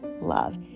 love